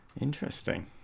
interesting